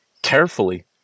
carefully